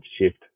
shift